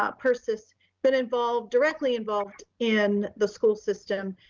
ah persis but involved directly involved in the school system.